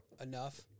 enough